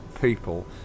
people